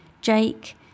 Jake